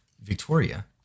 Victoria